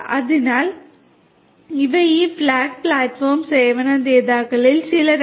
അതിനാൽ ഇവ ഈ ഫോഗ് പ്ലാറ്റ്ഫോം സേവന ദാതാക്കളിൽ ചിലതാണ്